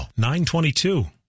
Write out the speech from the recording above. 922